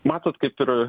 matot kaip ir